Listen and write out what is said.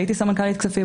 הייתי סמנכ"לית כספים,